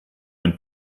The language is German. ein